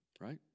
right